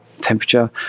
temperature